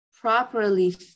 properly